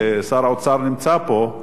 שר האוצר נמצא פה,